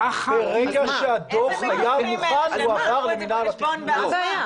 ברגע שהדוח היה מוכן, הוא הועבר למינהל התכנון.